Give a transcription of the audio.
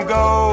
go